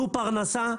זו פרנסה.